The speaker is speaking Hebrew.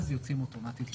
אז יוצאים אוטומטית לבחירות.